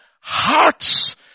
hearts